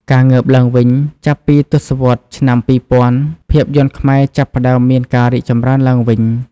ការងើបឡើងវិញ ចាប់ពីទសវត្សរ៍ឆ្នាំ២០០០ ភាពយន្តខ្មែរចាប់ផ្ដើមមានការរីកចម្រើនឡើងវិញ។